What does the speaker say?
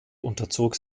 unterzog